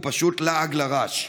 הוא פשוט לעג לרש.